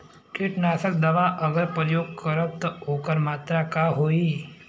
कीटनाशक दवा अगर प्रयोग करब त ओकर मात्रा का होई?